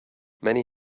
many